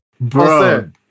Bro